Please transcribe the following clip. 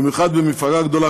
במיוחד במפלגה גדולה,